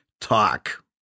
talk